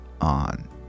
on